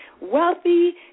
wealthy